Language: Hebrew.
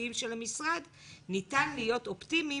התקציביים של המשרד ניתן להיות אופטימיים